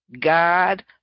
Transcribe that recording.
God